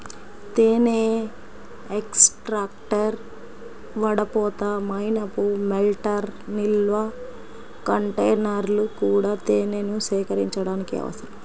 తేనె ఎక్స్ట్రాక్టర్, వడపోత, మైనపు మెల్టర్, నిల్వ కంటైనర్లు కూడా తేనెను సేకరించడానికి అవసరం